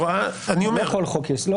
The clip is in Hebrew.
לא כל חוק יסוד.